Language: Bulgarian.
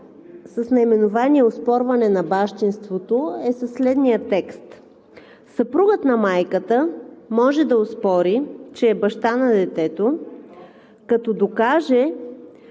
с наименованието „Оспорване на бащинството“ е със следния текст: „Съпругът на майката може да оспори, че е баща на детето, като докаже,